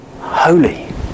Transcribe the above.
holy